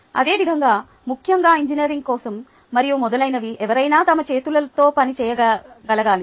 అదేవిధంగా ముఖ్యంగా ఇంజనీరింగ్ కోసం మరియు మొదలైనవి ఎవరైనా తమ చేతులతో పనిచేయగలగాలి